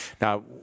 Now